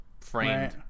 framed